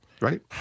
right